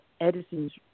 Edison's